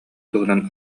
туһунан